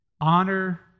Honor